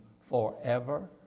forever